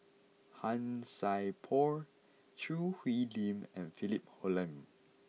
Han Sai Por Choo Hwee Lim and Philip Hoalim